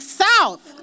south